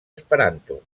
esperanto